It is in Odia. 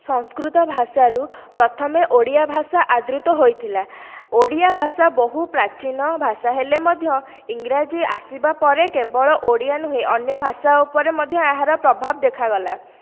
ସଂସ୍କୃତ ଭାଷାରୁ ପ୍ରଥମେ ଓଡ଼ିଆ ଭାଷା ଆଦୃତ ହୋଇଥିଲା ଓଡ଼ିଆ ଭାଷା ବହୁ ପ୍ରାଚୀନ ଭାଷା ହେଲେ ମଧ୍ୟ ଇଂରାଜୀ ଆସିବା ପରେ କେବଳ ଓଡ଼ିଆ ନୁହେଁ ଅନ୍ୟ ଭାଷା ଉପରେ ମଧ୍ୟ ଏହାର ପ୍ରଭାବ ଦେଖାଗଲା